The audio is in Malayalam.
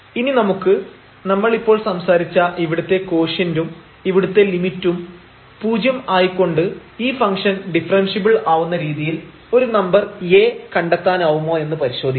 ഇനി നമുക്ക് നമ്മൾ ഇപ്പോൾ സംസാരിച്ച ഇവിടുത്തെ കോഷ്യന്റും ഇവിടുത്തെ ലിമിറ്റും 0 ആയി കൊണ്ട് ഈ ഫംഗ്ഷൻ ഡിഫറെൻഷ്യബിൾ ആവുന്ന രീതിയിൽ ഒരു നമ്പർ A കണ്ടെത്താനാവുമോ എന്ന് പരിശോധിക്കാം